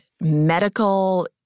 medical